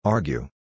Argue